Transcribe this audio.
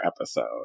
episode